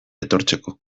etortzeko